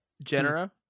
genera